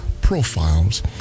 profiles